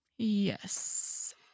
Yes